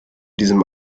diesem